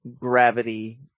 Gravity